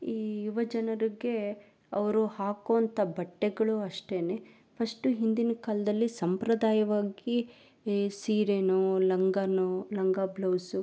ಈ ಯುವಜನರಿಗೆ ಅವರು ಹಾಕುವಂಥ ಬಟ್ಟೆಗಳು ಅಷ್ಟೇ ಫಶ್ಟು ಹಿಂದಿನ ಕಾಲದಲ್ಲಿ ಸಂಪ್ರದಾಯವಾಗಿ ಈ ಸೀರೆಯೋ ಲಂಗವೋ ಲಂಗ ಬ್ಲೌಸು